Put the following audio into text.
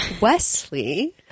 Wesley